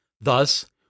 Thus